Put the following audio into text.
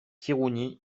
khirouni